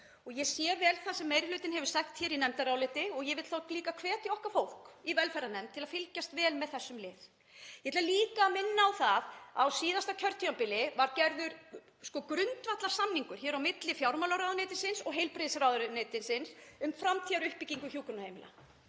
Ég sé vel það sem meiri hlutinn hefur sagt í nefndaráliti og ég vil líka hvetja okkar fólk í velferðarnefnd til að fylgjast vel með þessum lið. Ég ætla líka að minna á að á síðasta kjörtímabili var gerður grundvallarsamningur á milli fjármálaráðuneytisins og heilbrigðisráðuneytisins um framtíðaruppbyggingu hjúkrunarheimila